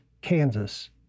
Kansas